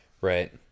Right